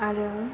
आरो